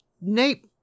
Nate